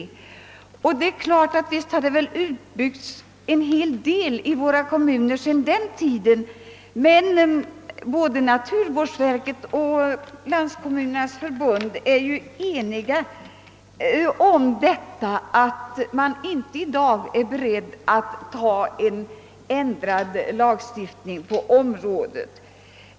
Visst har det sedan den tiden skett stora förändringar på detta område i våra kommuner, men naturvårdsverket och Landstingsförbundet är ju eniga om att man inte i dag kan accepte ra en ändrad lagstiftning i denna fråga.